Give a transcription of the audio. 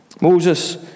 Moses